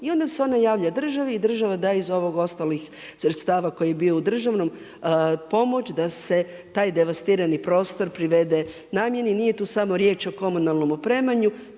I onda se ona javlja državi i država daje iz ovih ostalih sredstava koji je bio u državnom pomoć da se taj devastirani prostor privede namjeni. Nije tu samo riječ o komunalnom opremanju.